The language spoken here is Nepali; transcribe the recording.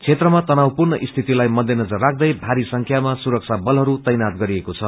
क्षेत्रमा तनावपूर्ण स्थितिलाई मध्यनगर राख्दै भारी संख्यामा सुरबा बलहरू तैनात गरिएको छ